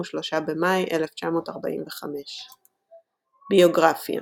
ב-23 במאי 1945. ביוגרפיה